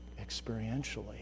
experientially